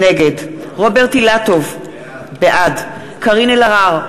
נגד רוברט אילטוב, בעד קארין אלהרר,